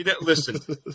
Listen